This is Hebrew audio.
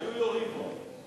היו יורים בו.